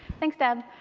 thanks deb.